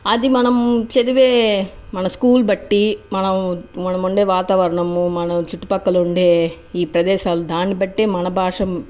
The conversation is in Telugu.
అది మనం చదివే మన స్కూల్ బట్టీ మనం మనము ఉండే వాతావరణము మన చుట్టూపక్కల ఉండే ఈ ప్రదేశాలను దాన్ని బట్టే మన భాష